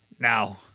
Now